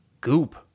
goop